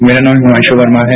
मेरा नाम हिमांशु वर्मा है